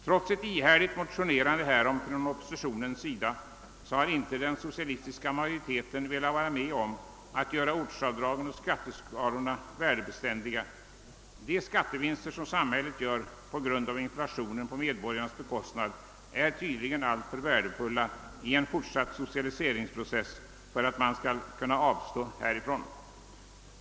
Trots oppositionens ihärdiga motionerande har inte den socialistiska majoriteten velat vara med om att göra ortsavdragen och skatteskalorna värdebeständiga. De skattevinster som samhället på grund av inflationen gör på medborgarnas bekostnad är tydligen alltför värdefulla i en fortsatt socialiseringsprocess för att man skall kunna avstå från dem.